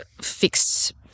fixed